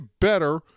better